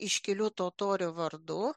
iškilių totorių vardų